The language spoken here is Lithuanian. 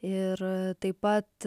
ir taip pat